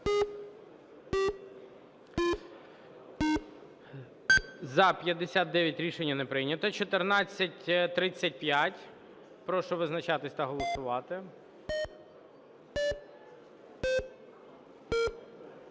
За-59 Рішення не прийнято. 1435. Прошу визначатись та голосувати.